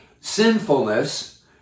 sinfulness